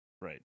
Right